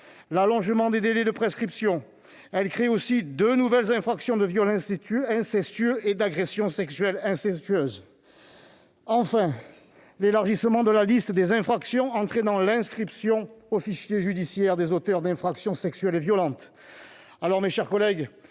l'allongement des délais de prescription. Elle crée aussi deux nouvelles infractions de viol incestueux et d'agression sexuelle incestueuse. Enfin, elle élargit la liste des infractions entraînant l'inscription au fichier judiciaire des auteurs d'infractions sexuelles et violentes. Alors, mes chers collègues,